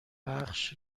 بخش